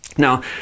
Now